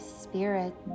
spirit